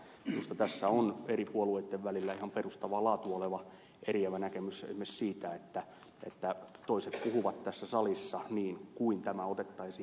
minusta tässä on eri puolueitten välillä ihan perustavaa laatua oleva eriävä näkemys esimerkiksi siitä että toiset puhuvat tässä salissa niin kuin tämä otettaisiin kaikkiin palveluihin nyt ja heti